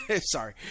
sorry